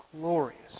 glorious